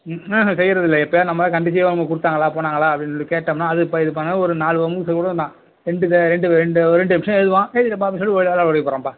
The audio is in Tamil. ம் ஹூம் செய்றதில்லை எப்பையாவது நம்ம தான் கண்டிச்சி அவங்க கொடுத்தாங்களா போனாங்களா அப்படின்னு சொல்லி கேட்டம்னா அதுக்கு இது பண்ண ஒரு நாள் ரெண்டு ரெண்டு ரெண்டு ரெண்டு நிமிஷம் எழுதுவான் எழுதிவிட்டப்பா அப்படீனு சொல்லி விள்ளாடா ஓடி போயிடுறாப்பா